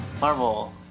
Marvel